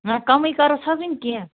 نہَ کَمٕے کَرُس حظ وۅنۍ کیٚنٛہہ